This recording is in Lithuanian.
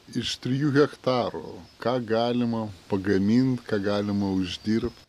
iš trijų hektarų ką galima pagamint ką galima uždirbt